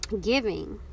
giving